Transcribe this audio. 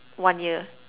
one year